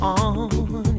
on